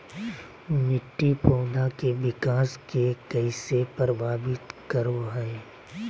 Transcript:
मिट्टी पौधा के विकास के कइसे प्रभावित करो हइ?